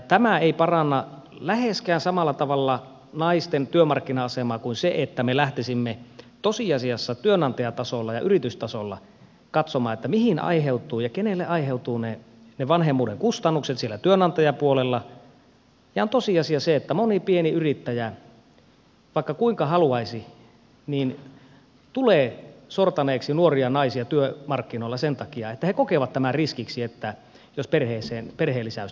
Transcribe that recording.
tämä ei paranna läheskään samalla tavalla naisten työmarkkina asemaa kuin se että me lähtisimme tosiasiassa työnantajatasolla ja yritystasolla katsomaan mihin ja kenelle aiheutuvat ne vanhemmuuden kustannukset siellä työnantajapuolella ja on tosiasia se että moni pieni yrittäjä vaikka kuinka ei haluaisi tulee sortaneeksi nuoria naisia työmarkkinoilla sen takia että kokee tämän riskiksi jos perheeseen perheenlisäystä tulee